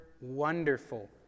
wonderful